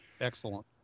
Excellent